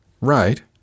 Right